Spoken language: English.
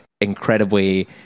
incredibly